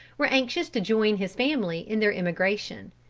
were anxious to join his family in their emigration.